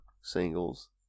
singles